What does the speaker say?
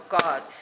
God